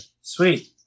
Sweet